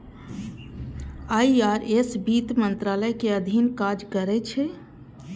IRS वित्त मंत्रालय के अधीन काज करै छै